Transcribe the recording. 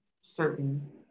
certain